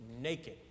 naked